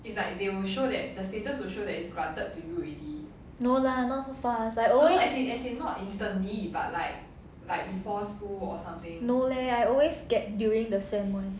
no lah not so fast I always no leh I always get during the sem [one]